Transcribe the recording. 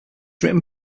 written